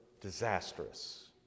disastrous